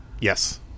Yes